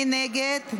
מי נגד?